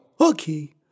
Okay